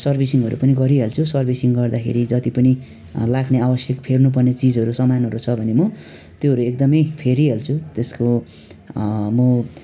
सर्विसिङहरू गरिहाल्छु सर्विसिङ गर्दाखेरि जति पनि लाग्ने आवश्यक फेर्नु पर्ने चिजहरू सामानहरू छ भने म त्योहरू एकदमै फेरिहाल्छु त्यसको म